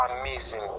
amazing